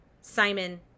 Simon